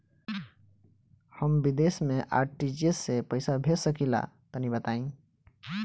हम विदेस मे आर.टी.जी.एस से पईसा भेज सकिला तनि बताई?